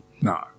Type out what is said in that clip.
No